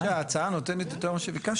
אני באמת חושב שההצעה נותנת יותר ממה שביקשת.